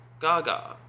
gaga